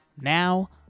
now